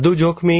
વધુ જોખમી